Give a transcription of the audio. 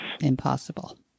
Impossible